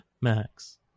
max